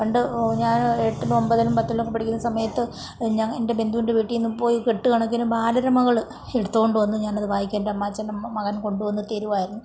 പണ്ട് ഞാൻ എട്ടിലും ഒമ്പതിലും പത്തിലുമൊക്കെ പഠിക്കുന്ന സമയത്ത് ഞാൻ എൻ്റെ ബന്ധുവിൻ്റെ വീട്ടീൽ നിന്നും പോയി കെട്ട്കണക്കിന് ബാലരാമകള് എടുത്തുകൊണ്ട് വന്ന് ഞാനത് വായിക്കു എൻ്റെ അമ്മാച്ചൻ്റെ മകൻ കൊണ്ടുവന്ന് തരുമായിരുന്നു